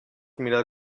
mira